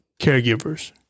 caregivers